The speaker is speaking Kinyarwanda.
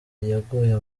yaguye